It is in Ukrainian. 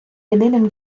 єдиним